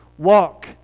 Walk